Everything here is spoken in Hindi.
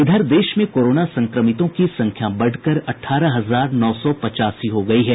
इधर देश में कोरोना संक्रमितों की संख्या बढ़कर अठारह हजार नौ सौ पचासी हो गयी है